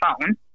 phone